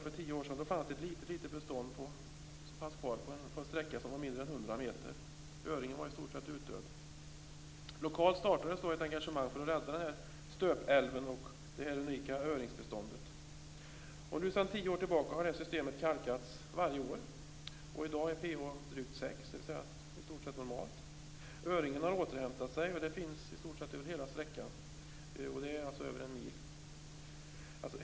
För tio år sedan fanns det ett litet bestånd kvar på en sträcka mindre än 100 meter. Öringen var i stort sett utdöd. Det startades då ett lokalt engagemang för att rädda Stöpälven och det unika öringsbeståndet. Nu sedan tio år tillbaka har det här systemet kalkats varje år, och i dag är pH-värdet drygt 6, dvs. i stort sett normalt. Öringen har återhämtat sig och finns i stort sett över hela sträckan, som alltså är över en mil.